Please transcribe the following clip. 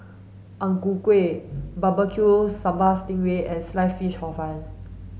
Ang Ku Kueh barbecue sambal sting ray and sliced fish hor fun